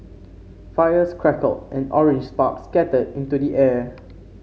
fires crackled and orange sparks scattered into the air